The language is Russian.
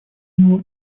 него